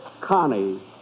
Connie